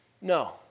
No